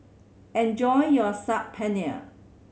enjoy your Saag Paneer